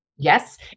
Yes